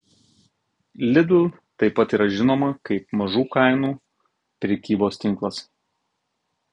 lidl taip pat yra žinoma kaip mažų kainų prekybos tinklas